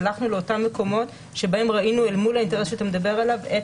הלכנו לאותם מקומות שבהם ראינו אל מול האינטרסים שאתה מדבר עליו את